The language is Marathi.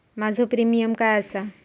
माझो प्रीमियम काय आसा?